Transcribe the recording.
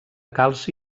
calci